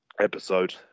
episode